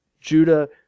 Judah